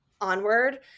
onward